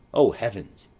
o heavens!